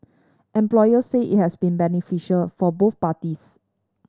employers said it has been beneficial for both parties